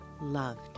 loved